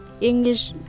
English